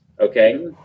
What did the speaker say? okay